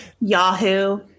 Yahoo